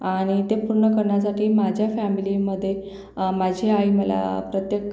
आणि ते पूर्ण करण्यासाठी माझ्या फॅमिलीमध्ये माझी आई मला प्रत्येक